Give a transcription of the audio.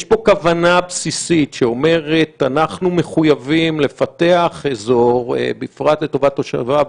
יש פה כוונה בסיסית שאומרת: אנחנו מחויבים לפתח אזור בפרט לטובת תושביו.